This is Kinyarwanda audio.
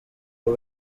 ngo